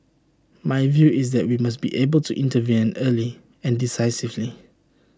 my view is that we must be able to intervene an early and decisively